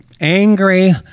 angry